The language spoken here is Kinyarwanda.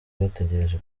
bategereje